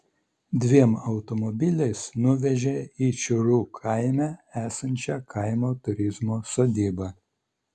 dviem automobiliais nuvežė į čiūrų kaime esančią kaimo turizmo sodybą